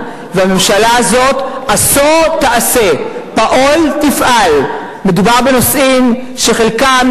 הלא-יהודית, ערבית, בדואית, דרוזית וצ'רקסית.